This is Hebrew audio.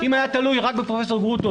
אם היה תלוי רק בפרופ' גרוטו,